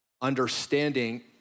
understanding